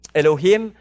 Elohim